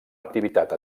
activitat